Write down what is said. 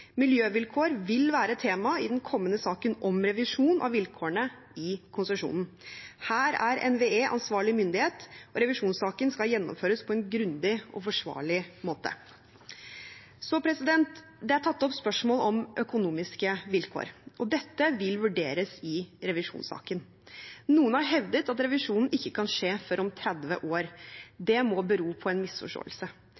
Miljøvilkår vil være tema i den kommende saken om revisjon av vilkårene i konsesjonen. Her er NVE ansvarlig myndighet, og revisjonssaken skal gjennomføres på en grundig og forsvarlig måte. Det er tatt opp spørsmål om økonomiske vilkår, og dette vil vurderes i revisjonssaken. Noen har hevdet at revisjonen ikke kan skje før om 30 år.